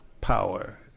power